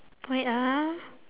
wait ah